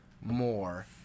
more